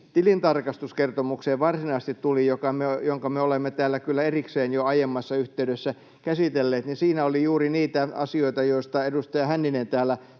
tilintarkastuskertomukseen sitten varsinaisesti tuli, jonka me olemme täällä kyllä erikseen jo aiemmassa yhteydessä käsitelleet, niin siinä oli juuri niitä asioita, joista edustaja Hänninen täällä